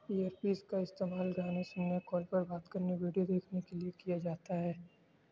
year پیس کا استعمال گانے سننے کال پر بات کرنے ویڈیو دیکھنے کے لیے کیا جاتا ہے